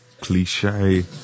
Cliche